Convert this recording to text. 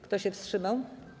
Kto się wstrzymał?